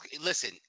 Listen